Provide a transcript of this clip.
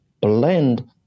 blend